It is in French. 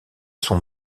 son